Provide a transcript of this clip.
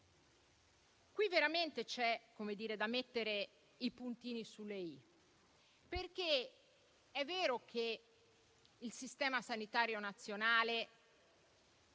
veramente c'è da mettere i puntini sulle "i", perché è vero che il sistema sanitario nazionale